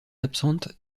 absentes